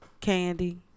candy